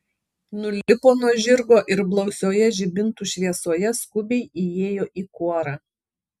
nulipo nuo žirgo ir blausioje žibintų šviesoje skubiai įėjo į kuorą